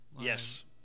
Yes